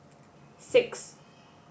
six